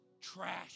trash